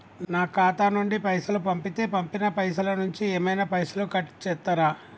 నా ఖాతా నుండి పైసలు పంపుతే పంపిన పైసల నుంచి ఏమైనా పైసలు కట్ చేత్తరా?